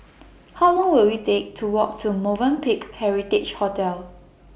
How Long Will IT Take to Walk to Movenpick Heritage Hotel